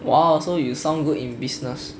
!wow! so you sound good in business